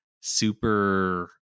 super